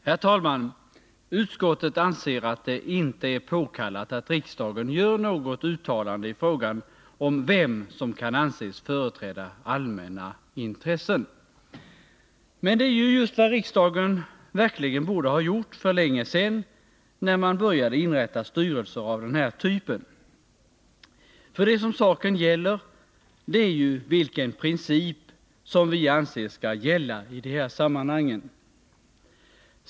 Herr talman! Utskottet anser att det inte är påkallat att riksdagen gör ett uttalande i frågan om vem som kan anses företräda allmänna intressen. Men det är just vad riksdagen verkligen borde ha gjort för länge sedan när man började inrätta styrelser av den här typen. Vad saken gäller är ju vilken princip vi anser skall gälla i de här sammanhangen.